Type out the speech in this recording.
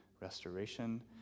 restoration